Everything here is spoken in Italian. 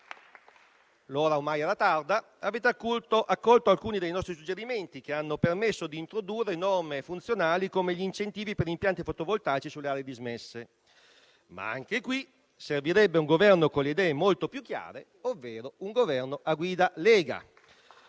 l'ora era ormai tarda - avete accolto alcuni dei nostri suggerimenti, che hanno permesso di introdurre norme funzionali, come gli incentivi per gli impianti fotovoltaici sulle aree dismesse. Anche in questo caso servirebbe un Governo con le idee molto più chiare, ovvero un Governo a guida Lega.